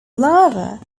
larva